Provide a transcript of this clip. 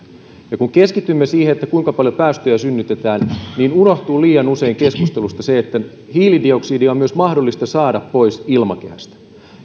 ja kun keskitymme siihen kuinka paljon päästöjä synnytetään niin unohtuu liian usein keskustelusta se että hiilidioksidia on myös mahdollista saada pois ilmakehästä